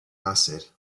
acid